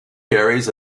carries